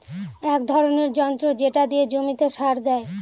এক ধরনের যন্ত্র যেটা দিয়ে জমিতে সার দেয়